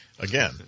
Again